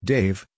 Dave